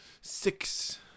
six